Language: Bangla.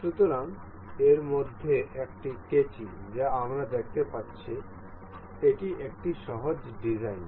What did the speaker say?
সুতরাং এর মধ্যে একটি কাঁচি যা আমরা দেখতে পাচ্ছি এটি একটি সহজ ডিজাইন